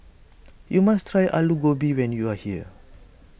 you must try Alu Gobi when you are here